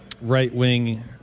right-wing